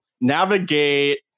navigate